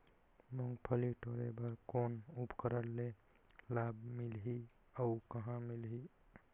मुंगफली टोरे बर कौन उपकरण ले लाभ मिलही अउ कहाँ मिलही?